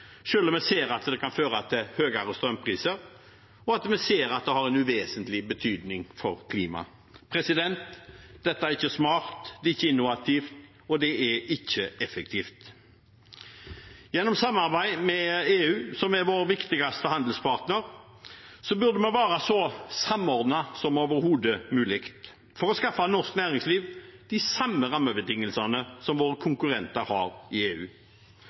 om vi ser at det kan føre til høyere strømpriser, og at det har en uvesentlig betydning for klima. Dette er ikke smart, det er ikke innovativt, og det er ikke effektivt. Gjennom samarbeid med EU, som er vår viktigste handelspartner, burde vi være så samordnet som overhodet mulig for å skaffe norsk næringsliv de samme rammebetingelsene som våre konkurrenter har i EU.